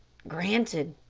granted,